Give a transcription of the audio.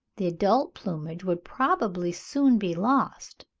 the adult plumage would probably soon be lost,